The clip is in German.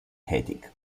tätig